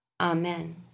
Amen